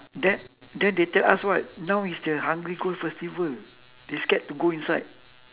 then then they tell us what now is the hungry ghost festival they scared to go inside